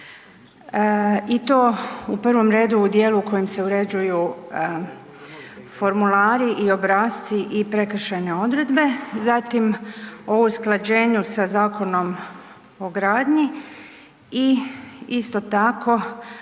i to u prvom redu u dijelu kojim se uređuju formulari i obrasci i prekršajne odredbe, zatim o usklađenju sa Zakonom o gradnji i isto tako